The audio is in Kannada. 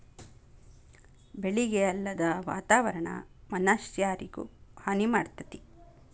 ಬೆಳಿಗೆ ಅಲ್ಲದ ವಾತಾವರಣಾ ಮನಷ್ಯಾರಿಗು ಹಾನಿ ಮಾಡ್ತತಿ